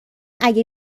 اگه